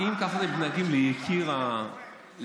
אם ככה אתם מתנהגים ליקיר ש"ס,